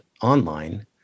online